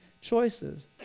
choices